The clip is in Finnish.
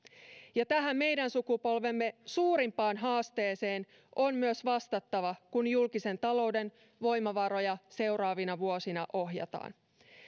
ja tähän meidän sukupolvemme suurimpaan haasteeseen on myös vastattava kun julkisen talouden voimavaroja seuraavina vuosina ohjataan